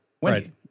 Wendy